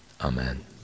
Amen